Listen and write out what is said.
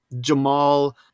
Jamal